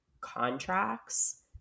contracts